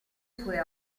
sue